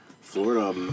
Florida